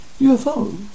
UFO